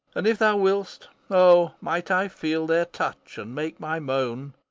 and, if thou willst, o might i feel their touch and make my moan.